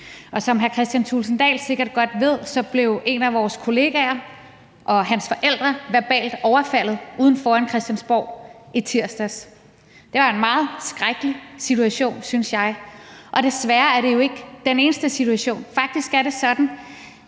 Som hr. Kristian Thulesen Dahl sikkert godt ved, blev en af vores kollegaer og hans forældre verbalt overfaldet ude foran Christiansborg i tirsdags. Det var en meget skrækkelig situation, synes jeg, og desværre er det jo ikke en enkeltstående situation. Faktisk er det sådan,